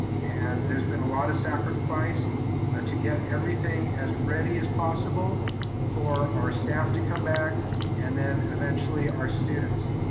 and there's been a lot of sacrifice to get everything as ready as possible for our staff to come back and then eventually our students.